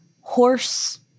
horse